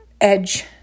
edge